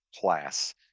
class